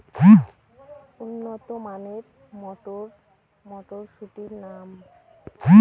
উন্নত মানের মটর মটরশুটির নাম?